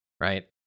Right